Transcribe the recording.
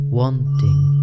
wanting